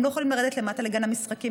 הם לא יכולים לרדת למטה לגן המשחקים,